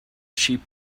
sheep